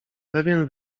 pewien